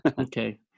okay